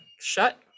shut